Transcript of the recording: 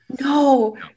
no